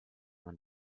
when